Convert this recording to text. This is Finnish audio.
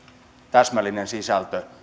täsmällinen sisältö